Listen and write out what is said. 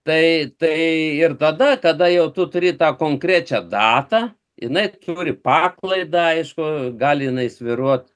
tai tai ir tada kada jau tu turi tą konkrečią datą jinai turi paklaidą aišku gali svyruot